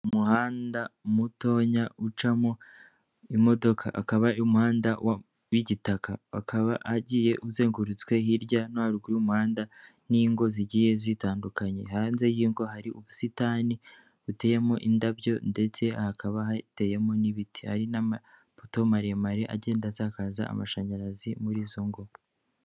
Umuhanda mutoya ucamo imodoka akaba umuhanda w'igitaka akaba agiye uzengurutswe hirya no haguru y'umuhanda n'ingo zigiye zitandukanye hanze y'ingwa hari ubusitani buteyemo indabyo ndetse hakaba hateyemo n'ibiti ari n'amapoto maremare agenda atakaza amashanyarazi muri zo ngo.